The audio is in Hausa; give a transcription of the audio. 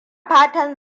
fatan